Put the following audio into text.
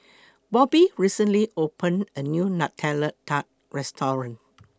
Bobbie recently opened A New Nutella Tart Restaurant